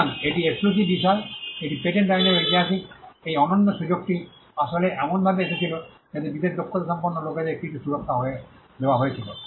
সুতরাং এটি এক্সক্লুসিভ বিষয় এটি পেটেন্ট আইনের ঐতিহাসিক এই অনন্য সুযোগটি আসলে এমনভাবে এসেছিল যাতে বিশেষ দক্ষতা সম্পন্ন লোকদের কিছু সুরক্ষা দেওয়া হয়েছিল